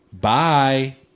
bye